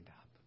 up